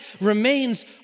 remains